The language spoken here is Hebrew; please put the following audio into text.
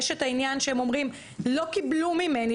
יש את העניין שהם אומרים לא קיבלו ממני,